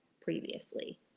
previously